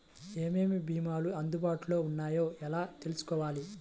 ఏమేమి భీమాలు అందుబాటులో వున్నాయో ఎలా తెలుసుకోవాలి?